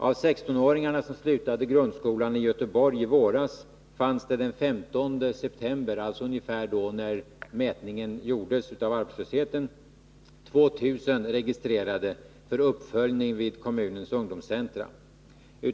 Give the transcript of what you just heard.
Av de 16-åringar som slutade grundskolan i Göteborg i våras var den 15 september, alltså ungefär vid den tidpunkt då mätningen av arbetslösheten gjordes, 2 000 registrerade för uppföljning vid kommunens ungdomscentra.